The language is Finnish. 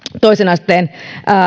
toisen asteen